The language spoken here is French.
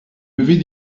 lever